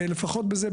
לפחות בזה.